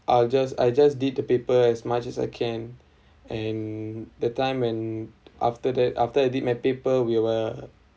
I just I just did the paper as much as I can and the time and after that after I did my paper we were